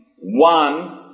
one